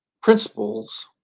principles